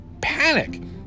panic